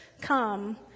come